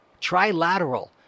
Trilateral